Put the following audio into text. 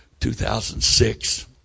2006